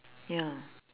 ya